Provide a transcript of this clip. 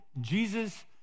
Jesus